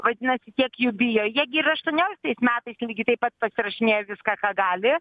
vadinasi tiek jų bijo jie gi ir aštuonioliktais metais lygiai taip pat pasirašinėjo viską ką gali